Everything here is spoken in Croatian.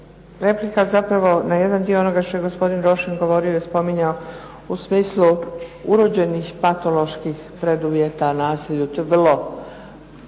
Replika zapravo na jedan dio onoga što je gospodin Rošin govorio i spominjao u smislu urođenih, patoloških preduvjeta nasilju